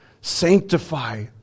sanctify